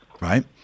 right